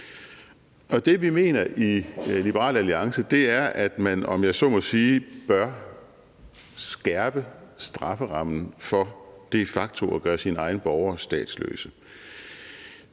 Det, vi mener i Liberal Alliance, er, at man – om jeg så må sige – bør skærpe strafferammen for de facto at gøre sine egne borgere statsløse.